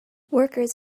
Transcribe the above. workers